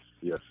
Yes